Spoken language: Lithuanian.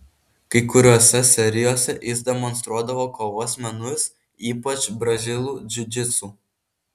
kai kuriose serijose jis demonstruodavo kovos menus ypač brazilų džiudžitsu